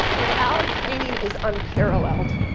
and our training is unparalleled.